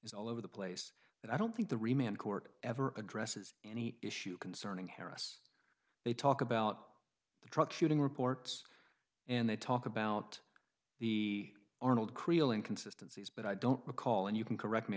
is all over the place and i don't think the remaining court ever addresses any issue concerning harris they talk about the truck shooting reports and they talk about the arnold creel inconsistency is but i don't recall and you can correct me